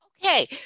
Okay